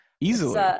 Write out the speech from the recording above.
Easily